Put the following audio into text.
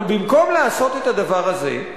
אבל במקום לעשות את הדבר הזה,